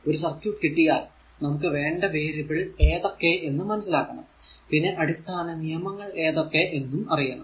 ഒരു സർക്യൂട് കിട്ടിയാൽ നമുക്ക് വേണ്ട വേരിയബിൾ ഏതൊക്കെ എന്ന് മനസ്സിലാക്കണം പിന്നെ അടിസ്ഥാന നിയമങ്ങൾ ഏതൊക്കെ എന്നും അറിയണം